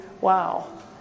Wow